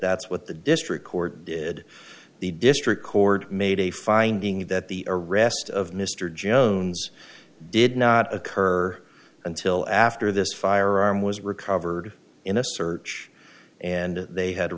that's what the district court did the district court made a finding that the arrest of mr jones did not occur until after this firearm was recovered in a search and they had